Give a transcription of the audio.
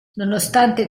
nonostante